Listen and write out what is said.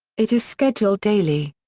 it is scheduled daily.